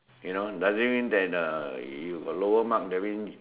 you know doesn't mean that uh you got lower mark that means